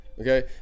Okay